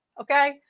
okay